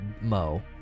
Mo